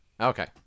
Okay